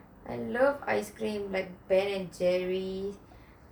I love ice cream like ben and jerry's